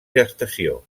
gestació